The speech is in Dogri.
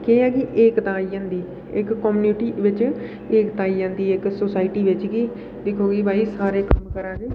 एह् केह् ऐ कि दाई होंदी इक कम्यूनिटी बिच एकता आई जंदी इक सोसाइटी बिच कि दिक्खो भाई कि सारे कम्म करा दे